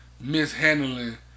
mishandling